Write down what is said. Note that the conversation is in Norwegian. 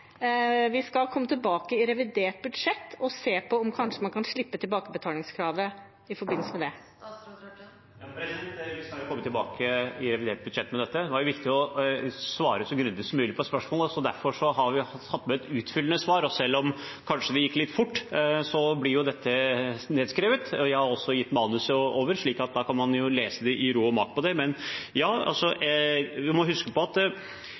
skal komme tilbake i revidert budsjett og se på om man kanskje kan slippe tilbakebetalingskravet i forbindelse med dette. Vi skal jo komme tilbake til dette i revidert budsjett. Det er viktig å svare så grundig som mulig på spørsmålet, derfor har vi et utfyllende svar. Og selv om det kanskje gikk litt fort, blir jo dette nedskrevet, og jeg har også levert manuset, slik at man kan lese det i ro og mak. Man må huske på at vi fra regjeringens side har stilt opp med nesten 8,7 mrd. kr ekstra på